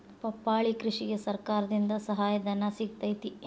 ಪಪ್ಪಾಳಿ ಕೃಷಿಗೆ ಸರ್ಕಾರದಿಂದ ಸಹಾಯಧನ ಸಿಗತೈತಿ